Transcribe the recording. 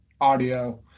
audio